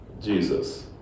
Jesus